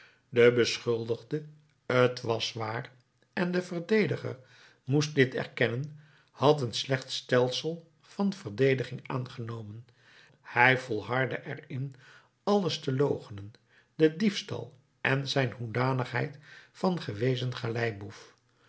de beschuldigde t was waar en de verdediger moest dit erkennen had een slecht stelsel van verdediging aangenomen hij volhardde er in alles te loochenen den diefstal en zijn hoedanigheid van gewezen galeiboef